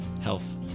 health